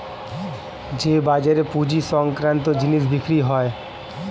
যে বাজারে পুঁজি সংক্রান্ত জিনিস বিক্রি হয়